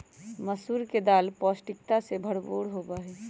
मसूर के दाल पौष्टिकता से भरपूर होबा हई